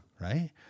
right